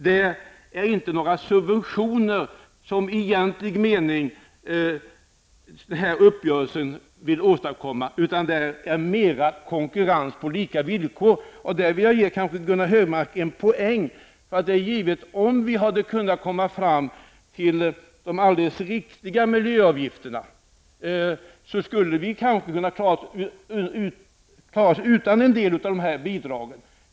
Det är inte några subventioner som uppgörelsen egentligen gäller utan mera konkurrens på lika villkor. Här vill jag ge Gunnar Hökmark en poäng. Hade vi kunnat komma fram till de helt riktiga miljöavgifterna, skulle vi kanske ha kunnat klara oss utan en del av bidragen.